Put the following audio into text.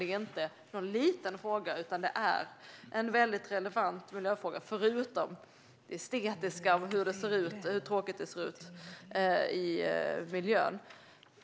Det är inte någon liten fråga utan en väldigt relevant miljöfråga, förutom det estetiska och hur tråkigt det ser ut i miljön.